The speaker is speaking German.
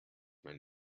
mein